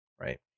right